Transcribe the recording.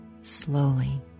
slowly